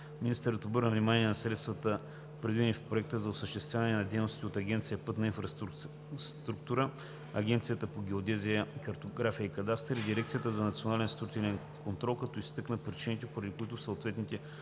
Министърът обърна внимание на средствата, предвидени в проекта за осъществяване на дейностите от Агенция „Пътна инфраструктура“, Агенцията по геодезия, картография и кадастър и Дирекцията за национален строителен контрол, като изтъка причините, поради които в съответните области